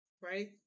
right